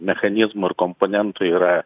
mechanizmų ir komponentų yra